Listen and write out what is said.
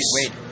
Wait